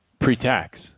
Pre-tax